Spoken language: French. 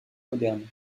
modernes